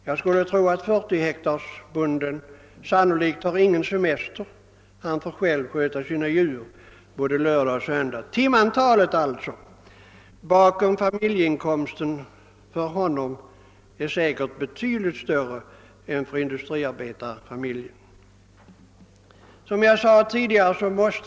Jordbrukaren i fråga har sannolikt ingen semester och får själv sköta sina djur både lördagar och söndagar. Timantalet bakom hans familjeinkomst är således säkerligen betydligt större än för industriarbetarfamiljens inkomst.